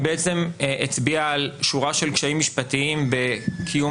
שבעצם הצביע על שורה של קשיים משפטיים בקיום